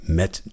met